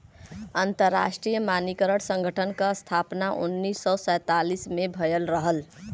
अंतरराष्ट्रीय मानकीकरण संगठन क स्थापना उन्नीस सौ सैंतालीस में भयल रहल